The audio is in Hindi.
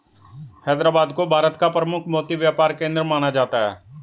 हैदराबाद को भारत का प्रमुख मोती व्यापार केंद्र माना जाता है